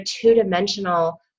two-dimensional